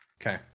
okay